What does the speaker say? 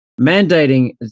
mandating